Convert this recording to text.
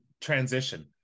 transition